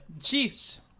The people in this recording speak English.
Chiefs